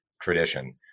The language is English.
tradition